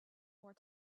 more